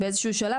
באיזה שהוא שלב,